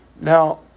now